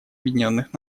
объединенных